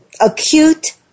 acute